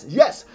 yes